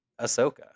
Ahsoka